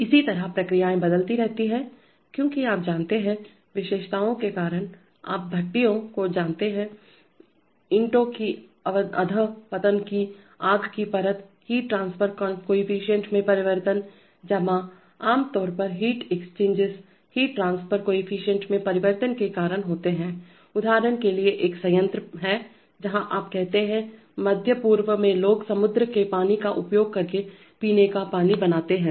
इसी तरह प्रक्रियाएं बदलती रहती हैं क्योंकि आप जानते हैं विशेषताओं के कारण आप भट्टियों को जानते हैं ईंटों की अध पतन की आग की परत हीट ट्रांसफर केफीसिएंट में परिवर्तन जमा आमतौर पर heat exchangers heat transfer coefficient में परिवर्तन के कारण होते हैं उदाहरण के लिए एक संयंत्र प्लांट है जहाँ आप कहते हैं मध्य पूर्व में लोग समुद्र के पानी का उपयोग करके पीने का पानी बनाते हैं